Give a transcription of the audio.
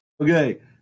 Okay